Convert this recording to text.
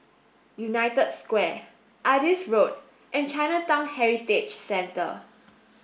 United Square Adis Road and Chinatown Heritage Centre